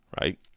right